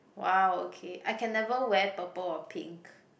!wow! okay I can never wear purple or pink